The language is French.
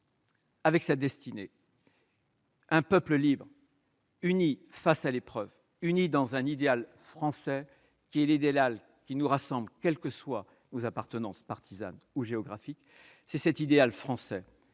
avec sa destinée- un peuple libre, uni face à l'épreuve, uni dans un idéal français, cet idéal qui nous rassemble, quelles que soient nos appartenances partisanes ou géographiques. C'est cet idéal français